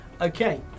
Okay